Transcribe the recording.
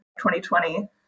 2020